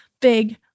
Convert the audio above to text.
big